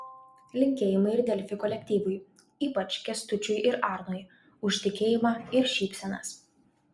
linkėjimai ir delfi kolektyvui ypač kęstučiui ir arnui už tikėjimą ir šypsenas